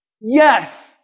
Yes